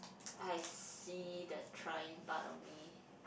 I see the trying part of me